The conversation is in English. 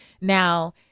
Now